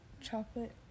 chocolate